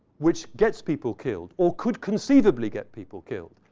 which gets people killed or could conceivably get people killed,